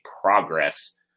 progress